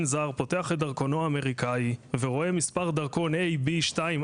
זר פותח את דרכונו האמריקאי ורואה מס' דרכון AB24,